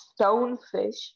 Stonefish